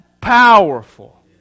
powerful